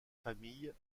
famille